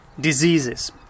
diseases